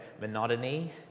monotony